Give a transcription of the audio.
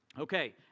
Okay